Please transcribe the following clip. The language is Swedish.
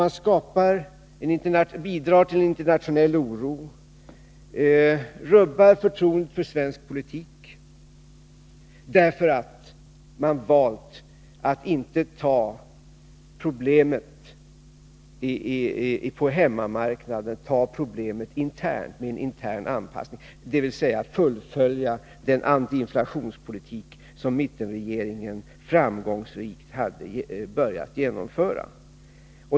Man ökar den internationella oron och rubbar förtroendet för svensk politik, eftersom man har valt att inte lösa problemet genom en intern anpassning, dvs. man har valt att inte fullfölja den antiinflationspolitik som mittenregeringen framgångsrikt började genomföra.